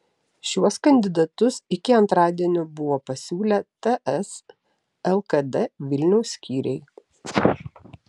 šiuos kandidatus iki antradienio buvo pasiūlę ts lkd vilniaus skyriai